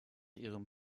ihrem